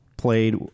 played